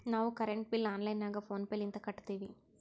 ನಾವು current bill online ನಾಗ PhonePe ಲಿಂತ ಕಟ್ಟತ್ತಿವಿ